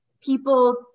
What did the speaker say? people